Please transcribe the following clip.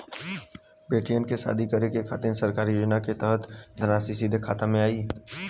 बेटियन के शादी करे के खातिर सरकारी योजना के तहत धनराशि सीधे खाता मे आई?